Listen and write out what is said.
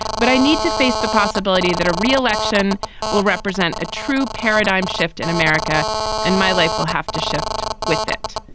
but i need to face the possibility that a re-election will represent a true paradigm shift in america and my life will have to shift with it.